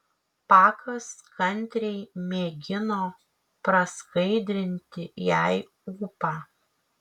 pakas kantriai mėgino praskaidrinti jai ūpą